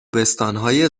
بستانهای